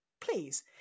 please